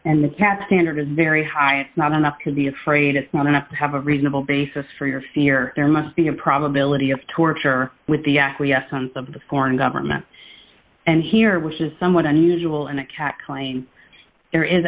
and the cap standard is very high it's not enough to be afraid it's not enough to have a reasonable basis for your fear there must be a probability of torture with the acquiescence of the foreign government and here which is somewhat unusual and a cat claim there is